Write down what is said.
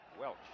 Welch